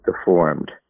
deformed